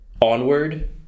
onward